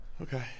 Okay